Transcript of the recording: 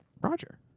Roger